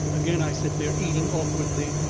again i sit there, eating awkwardly,